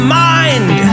mind